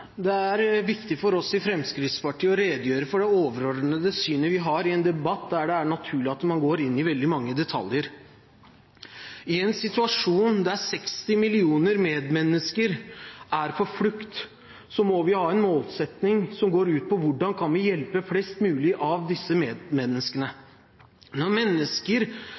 viktig for oss i Fremskrittspartiet å redegjøre for det overordnede synet vi har i en debatt hvor det er naturlig at man går inn i veldig mange detaljer. I en situasjon der 60 millioner medmennesker er på flukt, må vi ha en målsetting som går ut på hvordan vi kan hjelpe flest mulig av disse medmenneskene. Når mennesker